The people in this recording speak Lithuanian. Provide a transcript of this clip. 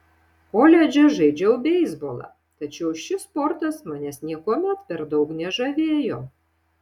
koledže žaidžiau beisbolą tačiau šis sportas manęs niekuomet per daug nežavėjo